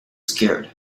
scared